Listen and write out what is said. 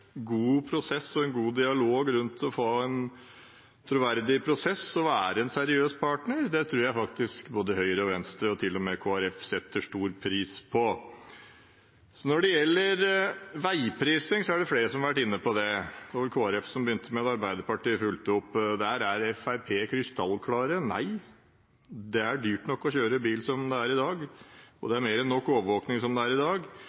god og troverdig prosess, har en god dialog og er en seriøs partner, tror jeg faktisk at både Høyre og Venstre og til og med Kristelig Folkeparti setter stor pris på. Veiprising er det flere som har vært inne på. Det var vel Kristelig Folkeparti som begynte med det, og Arbeiderpartiet fulgte det opp. På dette området er Fremskrittspartiet krystallklart: Nei, det er dyrt nok som det er å kjøre bil i dag, og det er mer enn nok overvåking som det er i dag.